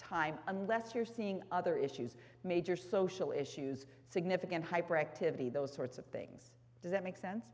time unless you're seeing other issues major social issues significant hyperactivity those sorts of things does that make sense